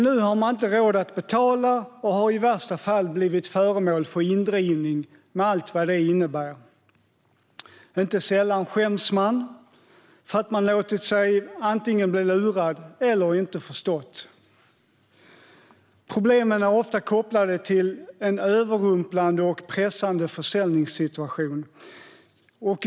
Nu har de inte råd att betala och har i värsta fall blivit föremål för indrivning, med allt vad det innebär. Inte sällan skäms de för att de antingen har låtit sig bli lurade eller inte har förstått. Problemen är ofta kopplade till en överrumplande och pressande försäljningssituation.